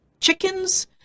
chickens